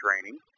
training